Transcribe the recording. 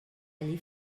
allí